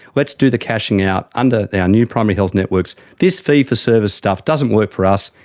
let's do the cashing out under our new primary health networks. this fee-for-service stuff doesn't work for us,